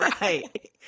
Right